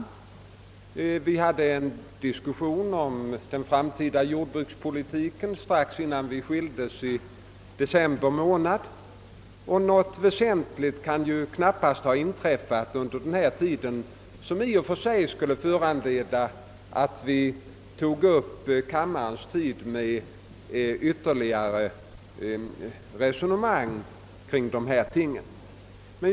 Vi hade en diskussion om den framtida jordbrukspolitiken strax innan vi skildes i december månad, och något vä sentligt nytt kan väl knappast ha inträffat sedan dess som i och för sig skulle föranleda att vi tog upp kammarens tid med ytterligare resonemang kring de här tingen.